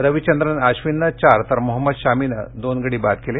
रवीचंद्रन अश्विननं चार तर मोहम्मद शामीनं दोन गडी बाद केले